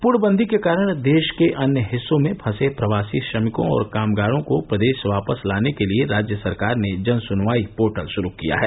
पूर्णबन्दी के कारण देश के अन्य हिस्सों में फसे प्रवासी श्रमिकों और कामगारों को प्रदेश वापस लाने के लिए राज्य सरकार ने जनसुनवाई पोर्टल शुरू किया है